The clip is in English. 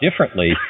differently